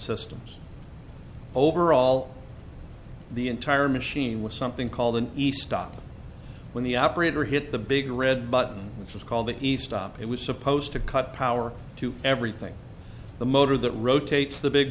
systems overall the entire machine was something called an east op when the operator hit the big red button which was called the east op it was supposed to cut power to everything the motor that rotates the big